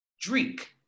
Drink